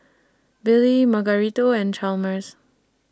Billie Margarito and Chalmers